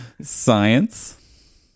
Science